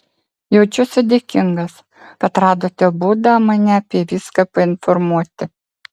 jaučiuosi dėkingas kad radote būdą mane apie viską painformuoti